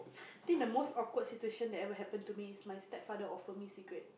I think the most awkward situation that ever happen to me is my stepfather offer me cigarette